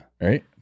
Right